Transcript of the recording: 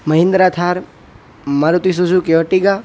Mahindra Thar Maruti Suzuki Ertiga